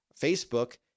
Facebook